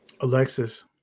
Alexis